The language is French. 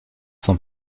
sont